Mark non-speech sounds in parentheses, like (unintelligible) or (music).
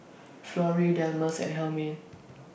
Florrie Delmas and (unintelligible)